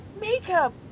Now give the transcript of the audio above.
makeup